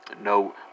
no